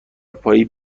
پایی